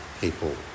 people